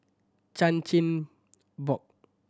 Chan Chin Bock